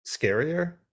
scarier